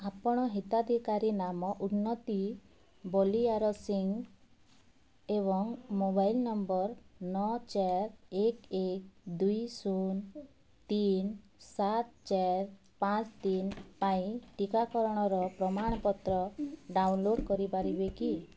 ଆପଣ ହିତାଧିକାରୀ ନାମ ଉନ୍ନତି ବଳିଆର ସିଂ ଏବଂ ମୋବାଇଲ୍ ନମ୍ବର୍ ନଅ ଚାର ଏକ ଏକ ଦୁଇ ଶୂନ ତିନି ସାତ ଚାର ପାଞ୍ଚ ତିନି ପାଇଁ ଟିକାକରଣର ପ୍ରମାଣପତ୍ର ଡାଉନଲୋଡ଼୍ କରିପାରିବେ କି